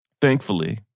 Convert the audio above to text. thankfully